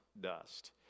dust